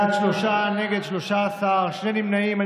בעד, שלושה, נגד, 13, שני נמנעים.